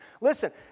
Listen